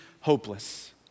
hopeless